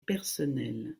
personnel